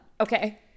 okay